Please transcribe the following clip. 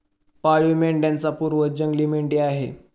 पाळीव मेंढ्यांचा पूर्वज जंगली मेंढी आहे